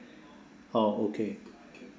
oh okay